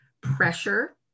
pressure